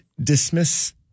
dismiss